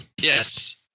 Yes